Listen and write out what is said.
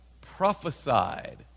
Prophesied